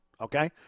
okay